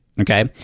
okay